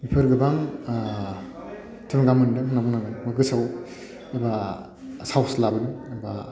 बेफोर गोबां थुलुंगा मोनदों होनना बुंनांगोन बा गोसोआव एबा साहस लाबोदों एबा